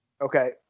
Okay